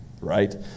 Right